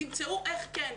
תמצאו איך כן.